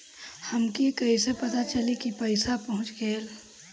हमके कईसे पता चली कि पैसा पहुच गेल?